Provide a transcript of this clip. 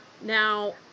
Now